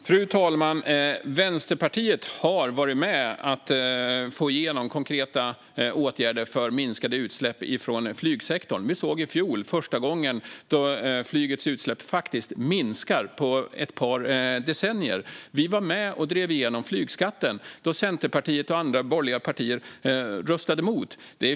Fru talman! Vänsterpartiet har varit med för att få igenom konkreta åtgärder för minskade utsläpp från flygsektorn. Vi såg i fjol hur flygets utsläpp faktiskt minskade för första gången på ett par decennier. Vänsterpartiet var med och drev igenom flygskatten då Centerpartiet och andra borgerliga partier röstade emot.